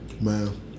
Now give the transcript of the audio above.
Man